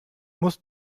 musst